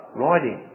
writing